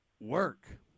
work